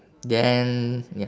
then ya